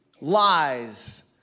lies